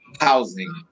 housing